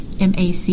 MAC